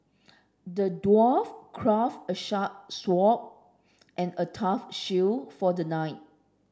the dwarf crafted a sharp sword and a tough shield for the knight